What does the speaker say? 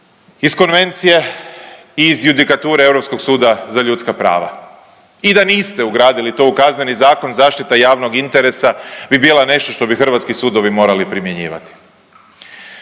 iz konvencije, iz judikature Europskog suda za ljudska prava. I da niste ugradili to u Kazneni zakon, zaštita javnog interesa bi bila nešto što bi hrvatski sudovi morali primjenjivati.